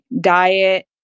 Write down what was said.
diet